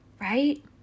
right